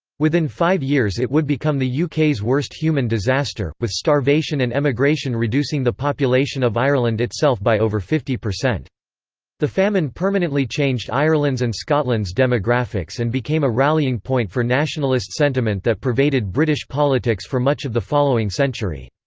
within five years it would become the uk's worst human disaster, with starvation and emigration reducing the population of ireland itself by over fifty. the famine permanently changed ireland's and scotland's demographics and became a rallying point for nationalist sentiment that pervaded british politics for much of the following century.